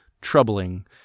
troubling